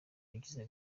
yasize